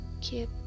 keep